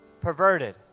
perverted